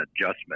adjustment